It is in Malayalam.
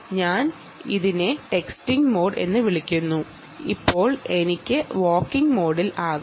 ഞാൻ നടക്കുമ്പോൾ ഇതുപയോഗിച്ച് നടന്നാൽ ഇത് വാക്കിംഗ് മോഡ് ആകും